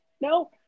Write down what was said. No